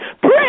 Pray